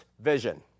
vision